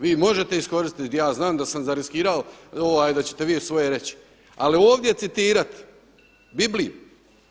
Vi možete iskoristiti ja znam da sam riskirao da ćete vi svoje reći, ali ovdje citirati Bibliju.